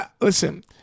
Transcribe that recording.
listen